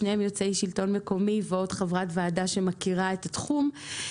שניהם יוצאי השלטון המקומי ועוד חברת ועדה שמכירה את התחום,